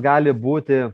gali būti